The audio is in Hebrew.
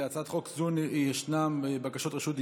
להצעת חוק זו ישנן בקשות רשות דיבור.